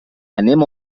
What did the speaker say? anem